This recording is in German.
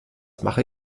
mache